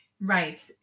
right